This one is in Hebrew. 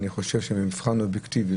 אני חושב שבמבחן אובייקטיבי,